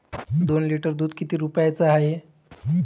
दोन लिटर दुध किती रुप्याचं हाये?